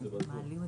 רואים כלום.